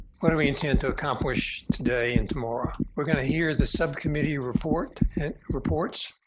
what do we intend to accomplish today and tomorrow? we're going to hear the subcommittee report reports.